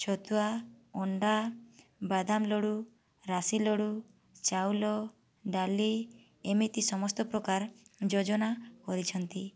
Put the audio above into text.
ଛତୁଆ ଅଣ୍ଡା ବାଦାମ ଲଡ଼ୁ ରାଶି ଲଡ଼ୁ ଚାଉଳ ଡାଲି ଏମିତି ସମସ୍ତ ପ୍ରକାର ଯୋଜନା କରିଛନ୍ତି